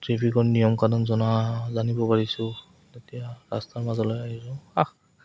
ট্ৰেফিকত নিয়ম কানুন জনা জানিব পাৰিছোঁ তেতিয়া ৰাস্তাৰ মাজলৈ আহিছোঁ